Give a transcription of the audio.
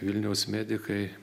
vilniaus medikai